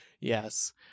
Yes